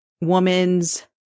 woman's